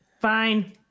fine